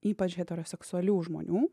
ypač heteroseksualių žmonių